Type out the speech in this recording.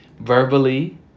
Verbally